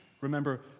Remember